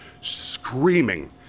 screaming